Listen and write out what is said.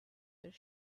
their